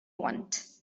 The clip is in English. want